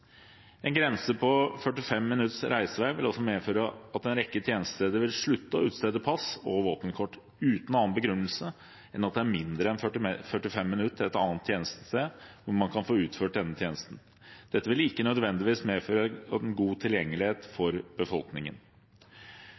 En grense på 45 minutters reisevei vil også medføre at en rekke tjenestesteder vil måtte slutte å utstede pass og våpenkort, uten annen begrunnelse enn at det er mindre enn 45 minutter til et annet tjenestested hvor man kan få utført denne tjenesten. Dette vil ikke nødvendigvis medføre en god tilgjengelighet for befolkningen.